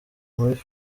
muri